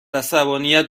عصبانیت